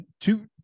Two